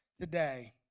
today